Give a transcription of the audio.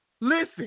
Listen